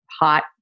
hot